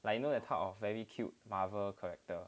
but you know that type of very cute marvel character